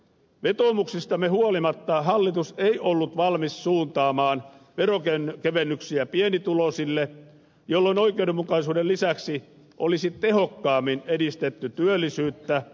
vetoomuksistamme huolimatta hallitus ei ollut valmis suuntaamaan veronkevennyksiä pienituloisille jolloin oikeudenmukaisuuden lisäksi olisi tehokkaammin edistetty työllisyyttä